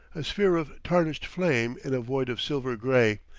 a sphere of tarnished flame in a void of silver-gray,